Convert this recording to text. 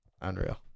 Unreal